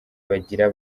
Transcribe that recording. bagira